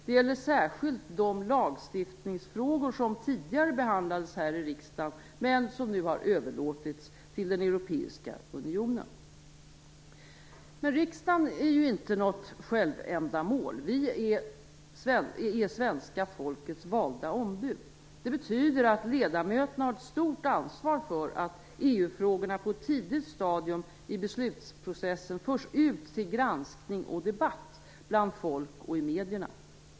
Det gäller särskilt de lagstiftningsfrågor som tidigare behandlades här i riksdagen men som nu har överlåtits till den europeiska unionen. För riksdagen är inte något självändamål. Vi är svenska folkets valda ombud. Det betyder att ledamöterna har ett stort ansvar för att EU-frågorna på ett tidigt stadium i beslutsprocessen förs ut till granskning och debatt bland folk och i medierna.